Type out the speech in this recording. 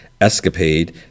escapade